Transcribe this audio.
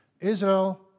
Israel